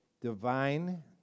divine